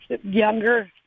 younger